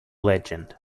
legend